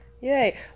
Yay